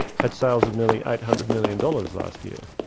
had sales of nearly eight hundred million dollars last year,